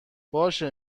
باشه